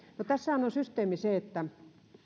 no tässähän on on systeemi se että